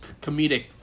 comedic